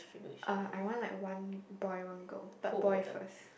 uh I want like one boy one girl but boy first